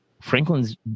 Franklin's